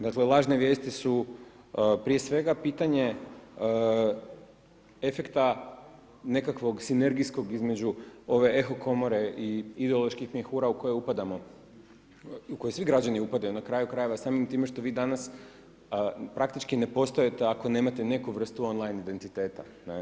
Dakle, lažne vijesti su prije svega pitanje efekta nekakvog sinergijskog između ove eho komore i ideoloških mjehura u koje upadamo, u koje svi građani upadaju na kraju krajeva samim time što vi danas praktički ne postojite ako nemate neku vrstu on-line identiteta.